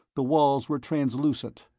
the walls were translucent,